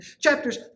chapters